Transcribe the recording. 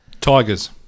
Tigers